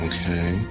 Okay